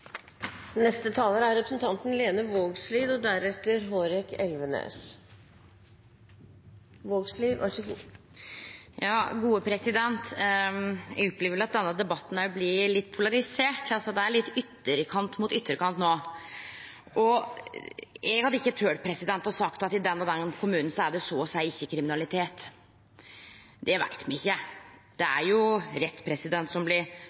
Eg opplever vel at denne debatten blir litt polarisert, at det no er litt ytterkant mot ytterkant. Eg hadde ikkje tort å seie at i den og den kommunen er det så å seie ikkje kriminalitet. Det veit me ikkje. Det er jo rett, som